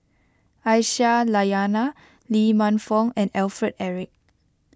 Aisyah Lyana Lee Man Fong and Alfred Eric